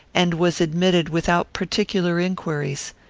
and was admitted without particular inquiries.